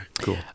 Cool